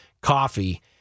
coffee—